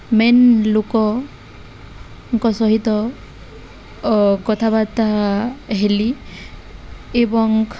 main ଲୋକଙ୍କ ସହିତ କଥାବାର୍ତ୍ତା ହେଲି ଏବଂ